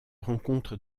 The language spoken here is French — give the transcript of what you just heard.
rencontre